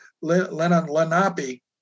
lenape